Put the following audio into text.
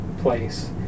place